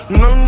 no